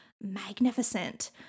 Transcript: magnificent